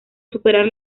superar